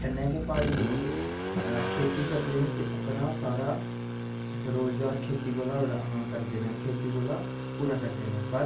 कन्नै गै प्हाड़ी लोग खेती करदे न ते अपना सारा रोज़गार खेती कोला करदे न खेती कोला पूरा करदे न पर